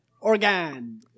Organ